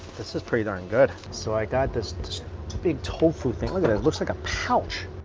this is pretty darn good. so i got this big tofu thing, look at it. it looks like a pouch